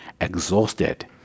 exhausted